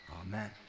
Amen